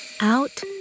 Out